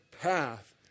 path